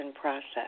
process